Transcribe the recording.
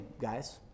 guys